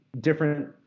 different